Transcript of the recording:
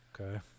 Okay